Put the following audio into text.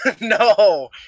No